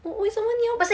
我为什么你要